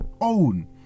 own